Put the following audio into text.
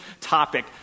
topic